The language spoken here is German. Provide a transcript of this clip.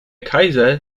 kaiser